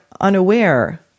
unaware